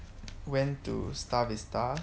went to star vista